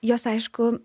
jos aišku